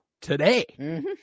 today